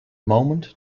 moment